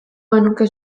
genuke